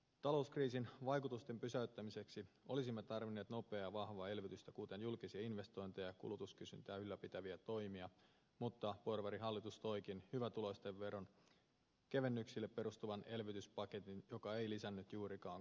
talouskriisin vaikutusten pysäyttämiseksi olisimme tarvinneet nopeaa vahvaa elvytystä kuten julkisia investointeja kulutuskysyntää ylläpitäviä toimia mutta porvarihallitus toikin hyvätuloisten veronkevennyksiiin perustuvan elvytyspaketin joka ei lisännyt juurikaan kotimaista kysyntää